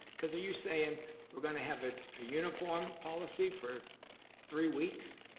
cause are you saying we're gonna have a ah uniform policy for three weeks,